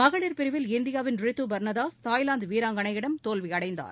மகளிர் பிரிவில் இந்தியாவின் ரித்து பர்னாதாஸ் தாய்லாந்து வீராங்களையிடம் தோல்வியடைந்தார்